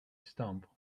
stump